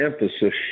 emphasis